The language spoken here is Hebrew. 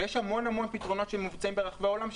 ויש המון המון פתרונות שמבוצעים ברחבי העולם,